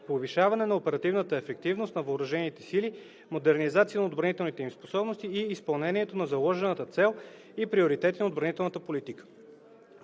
повишаване на оперативната ефективност на въоръжените сили, модернизация на отбранителните им способности и изпълнението на заложената цел и приоритети на отбранителната политика.